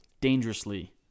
dangerously